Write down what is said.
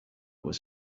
was